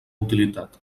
utilitat